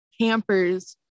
campers